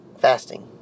fasting